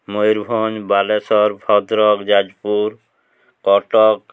Mayurbhanj Baleswar Bhadrak Jajpur Cuttack